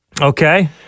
Okay